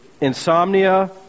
insomnia